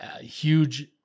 huge